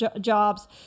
jobs